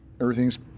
Everything's